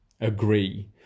agree